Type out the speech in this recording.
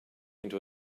into